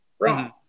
right